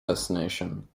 destination